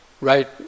right